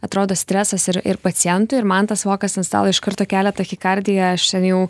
atrodo stresas ir ir pacientui ir man tas vokas ant stalo iš karto kelia tokį kardio aš jau